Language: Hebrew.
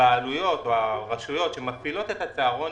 הבעלויות או הרשויות שמפעילות את הצהרון,